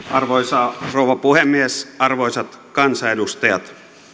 arvoisa rouva puhemies arvoisat kansanedustajat